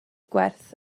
gwerth